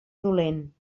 dolent